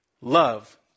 love